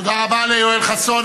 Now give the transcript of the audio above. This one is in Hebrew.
תודה רבה ליואל חסון.